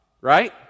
Right